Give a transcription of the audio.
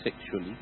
sexually